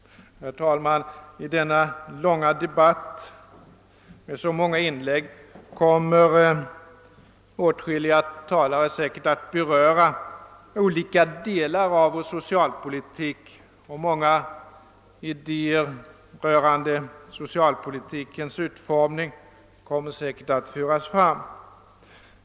Herr talman! I denna långa debatt med så många inlägg kommer åtskilliga talare säkerligen att beröra olika delar av socialpolitiken, och många idéer rörande socialpolitikens utformning torde komma att föras fram.